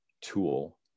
tool